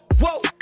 Whoa